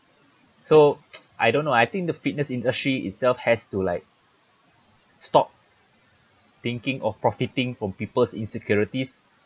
so I don't know I think the fitness industry itself has to like stop thinking of profiting from people's insecurities